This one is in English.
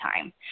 time